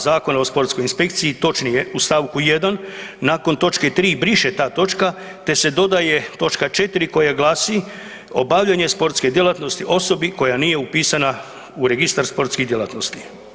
Zakona o sportskoj inspekciji točnije u stavku 1. nakon točke 3. briše ta točka te se dodaje točka 4. koja glasi: „obavljanje sportske djelatnosti osobi koja nije upisana u registar sportskih djelatnosti“